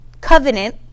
covenant